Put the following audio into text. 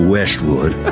Westwood